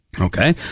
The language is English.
Okay